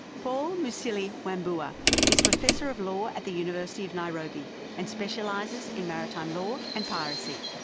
paul musili wambua is professor of law at the university of nairobi and specialises in maritime law and piracy.